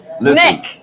Nick